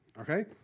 Okay